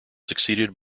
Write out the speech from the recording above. succeeded